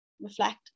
reflect